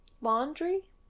laundry